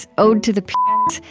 ode to the penis,